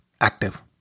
active